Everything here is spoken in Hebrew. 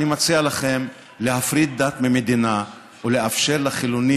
אני מציע לכם להפריד דת ממדינה ולאפשר לחילונים